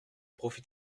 profit